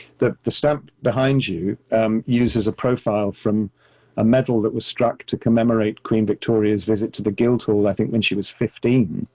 that the stamp behind you um uses a profile from a metal that was struck to commemorate queen victoria's visit to the guild hall, when i think when she was fifteen.